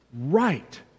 Right